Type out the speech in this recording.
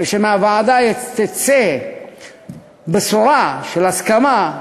ושמהוועדה תצא בשורה של הסכמה,